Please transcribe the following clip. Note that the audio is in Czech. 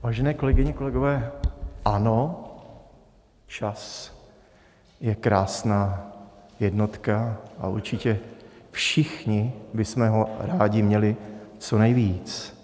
Vážené kolegyně, kolegové, ano, čas je krásná jednotka a určitě všichni bychom ho rádi měli co nejvíc.